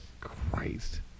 Christ